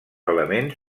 elements